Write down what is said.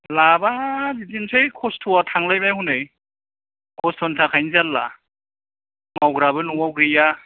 लाबा बिदिनोसै खस्थ' आं थांलाय बाय हनै खस्थ'नि थाखायनो जारला मावग्राबो न'आव गैया